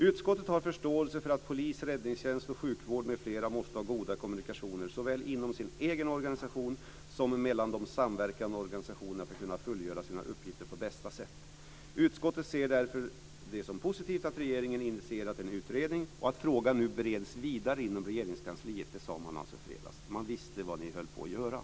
Utskottet har förståelse för att polis, räddningstjänst och sjukvård med flera måste ha goda kommunikationer såväl inom sin egen organisation som mellan de samverkande organisationerna för att kunna fullgöra sina uppgifter på bästa sätt. Utskottet ser det därför som positivt att regeringen initierat en utredning och att frågan nu bereds vidare inom Regeringskansliet." Detta sade man alltså i fredags. Man visste vad ni höll på att göra.